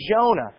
Jonah